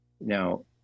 Now